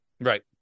right